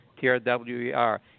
T-R-W-E-R